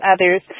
others